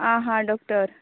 आं हां डॉक्टर